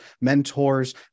mentors